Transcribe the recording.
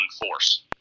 force